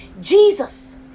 Jesus